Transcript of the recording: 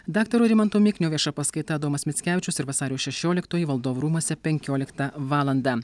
daktaro rimanto miknio vieša paskaita adomas mickevičius ir vasario šešioliktoji valdovų rūmuose penkioliktą valandą